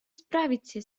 справиться